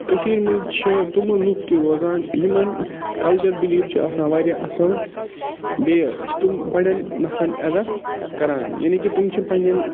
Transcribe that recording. کٔشیٖرِ منٛز چھِ تٔمہٕ لُکھ تہِ روزان یِمَن کَلچَر بِلیٖف چھِ آسان واریاہ اَصٕل بیٚیہِ چھِ تِم بَڑیٚن نفرَن عزت کران یعنی کہ تِم چھِ پَنٛنٮ۪ن